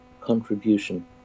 contribution